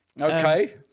okay